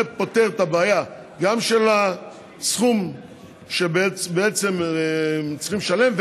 זה פותר את הבעיה של הסכום שבעצם הם צריכים לשלם,